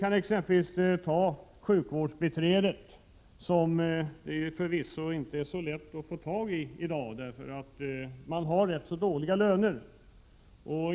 Som exempel kan jag nämna sjukvårdsbiträdena, som det förvisso inte är så lätt att få tag i nu för tiden, eftersom de har ganska dåliga löner.